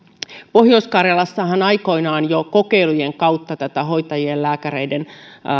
pohjois karjalassahan jo aikoinaan kokeilujen kautta tätä hoitajien ja lääkäreiden